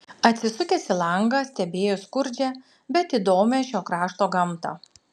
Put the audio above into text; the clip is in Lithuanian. atsisukęs į langą stebėjo skurdžią bet įdomią šio krašto gamtą